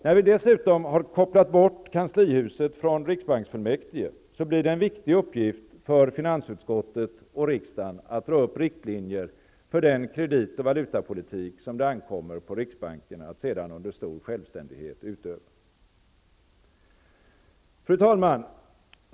När vi dessutom har kopplat bort kanslihuset från riksbanksfullmäktige blir det en viktig uppgift för finansutskottet och riksdagen att dra upp riktlinjer för den kredit och valutapolitik som det ankommer på riksbanken att under stor självständighet utöva. Fru talman!